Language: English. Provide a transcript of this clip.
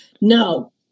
No